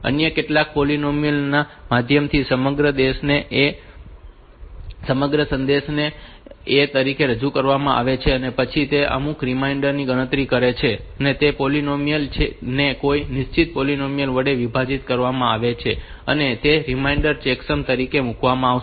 અન્ય કેટલાક પોલીનોમિયલ ના માધ્યમથી સમગ્ર સંદેશને a તરીકે રજૂ કરવામાં આવે છે અને પછી તે અમુક રીમાઇન્ડર ની ગણતરી કરે છે અને તે પોલીનોમિયલ ને કોઈ નિશ્ચિત પોલીનોમિયલ વડે વિભાજિત કરવામાં આવે છે અને તે રીમાઇન્ડર ચેકસમ તરીકે મૂકવામાં આવશે